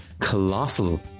colossal